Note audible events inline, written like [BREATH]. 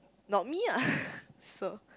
not me ah [BREATH] so